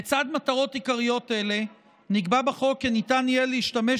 לצד מטרות עיקריות אלה נקבע בחוק כי ניתן יהיה להשתמש